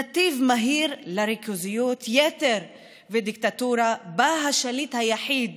נתיב מהיר לריכוזיות יתר ודיקטטורה שבו השליט היחיד